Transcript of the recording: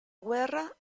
guerra